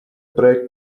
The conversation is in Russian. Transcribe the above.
проект